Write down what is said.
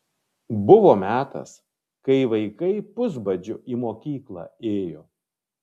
buvo metas kai vaikai pusbadžiu į mokyklą ėjo